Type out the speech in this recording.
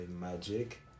magic